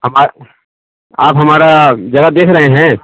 ہمارا آپ ہمارا جگہ دیکھ رہے ہیں